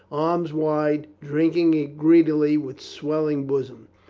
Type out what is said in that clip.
arms wide, drinking it greedily with swelling bosom.